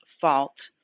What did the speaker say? fault